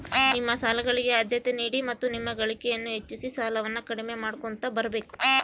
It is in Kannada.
ನಿಮ್ಮ ಸಾಲಗಳಿಗೆ ಆದ್ಯತೆ ನೀಡಿ ಮತ್ತು ನಿಮ್ಮ ಗಳಿಕೆಯನ್ನು ಹೆಚ್ಚಿಸಿ ಸಾಲವನ್ನ ಕಡಿಮೆ ಮಾಡ್ಕೊಂತ ಬರಬೇಕು